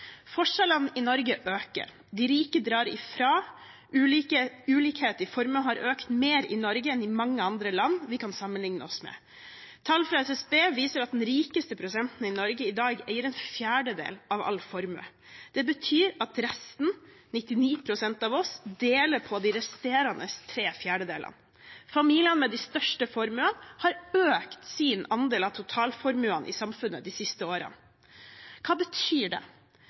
Forskjellene i Norge øker. De rike drar fra. Ulikhet i formue har økt mer i Norge enn i mange andre land vi kan sammenligne oss med. Tall fra SSB viser at den rikeste prosenten i Norge i dag eier en fjerdedel av all formue. Det betyr at resten, 99 pst. av oss, deler på de resterende tre fjerdedelene. Familiene med de største formuene har økt sin andel av totalformuen i samfunnet de siste årene. Hva betyr det?